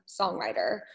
songwriter